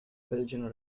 belgian